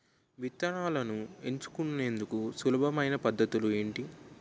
విత్తనాలను ఎంచుకునేందుకు సులభమైన పద్ధతులు ఏంటి?